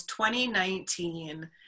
2019